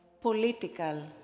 political